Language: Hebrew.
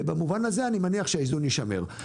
ובמובן הזה אני מניח שהאיזון יישמר.